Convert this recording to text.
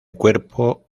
cuerpo